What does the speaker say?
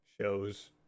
shows